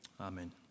Amen